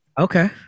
Okay